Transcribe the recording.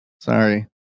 Sorry